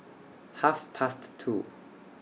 Half Past two